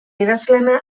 idazlana